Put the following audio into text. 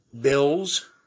bills